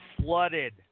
flooded